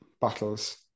battles